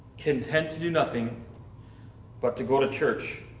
can tend to do nothing but to go to church.